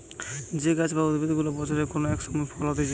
যে গাছ বা উদ্ভিদ গুলা বছরের কোন এক সময় ফল হতিছে